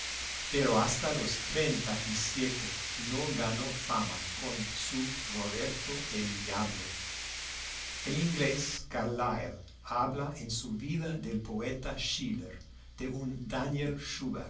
pero hasta los treinta y siete no ganó fama con su roberto el diablo el inglés carlyle habla en su vida del poeta schiller de un daniel